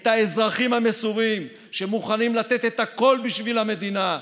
את האזרחים המסורים שמוכנים לתת את הכול בשביל המדינה,